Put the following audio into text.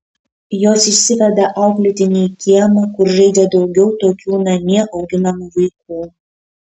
jos išsiveda auklėtinį į kiemą kur žaidžia daugiau tokių namie auginamų vaikų